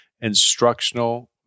instructional